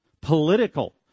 political